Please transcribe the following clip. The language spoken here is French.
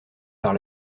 par